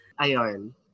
Ayon